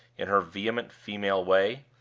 in her vehement female way.